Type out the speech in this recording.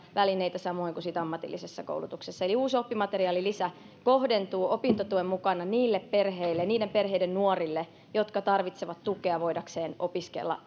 välineitä samoin kuin sitten ammatillisessa koulutuksessa eli uusi oppimateriaalilisä kohdentuu opintotuen mukana niiden perheiden nuorille jotka tarvitsevat tukea voidakseen opiskella